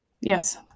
Yes